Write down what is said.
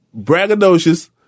braggadocious